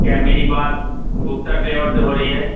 کیا میری بات گپتا ڈرائور سے ہو رہی ہے